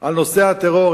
על נושא הטרור.